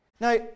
Now